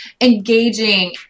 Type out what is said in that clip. engaging